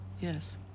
yes